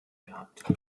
gehabt